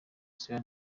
soya